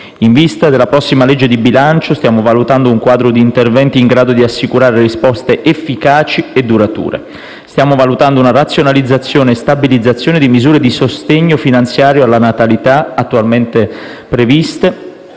In vista della prossima legge di bilancio, stiamo valutando un quadro di interventi in grado di assicurare risposte efficaci e durature. Stiamo valutando una razionalizzazione e una stabilizzazione di misure di sostegno finanziario alla natalità attualmente previste.